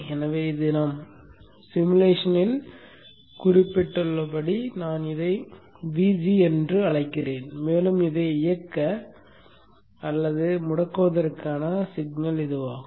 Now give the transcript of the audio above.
எனவே நாம் உருவகப்படுத்துதலில் குறிப்பிட்டுள்ளபடி இதை நான் Vg என அழைக்கிறேன் மேலும் இதை இயக்க அல்லது முடக்குவதற்கான சிக்னல் இதுவாகும்